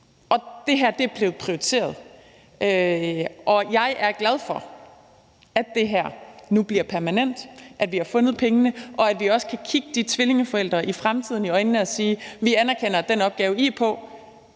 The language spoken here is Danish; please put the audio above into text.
og det her blev prioriteret. Jeg er glad for, at det her nu bliver permanent, at vi har fundet pengene, og at vi også kan se tvillingeforældre i øjnene i fremtiden og sige, at vi anerkender, at den opgave, de er på,